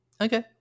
Okay